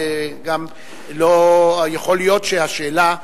וגם יכול להיות שהשאלה,